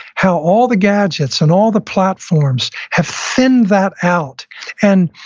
how all the gadgets and all the platforms have thinned that out and,